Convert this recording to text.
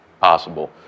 possible